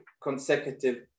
consecutive